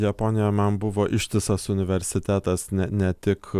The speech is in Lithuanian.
japonija man buvo ištisas universitetas ne ne tik